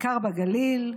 בעיקר בגליל,